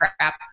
crap